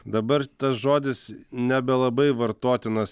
dabar tas žodis nebelabai vartotinas